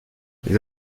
les